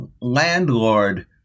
landlord